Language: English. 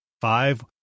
five